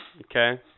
Okay